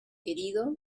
herido